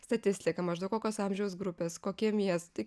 statistiką maždaug kokios amžiaus grupės kokie miestai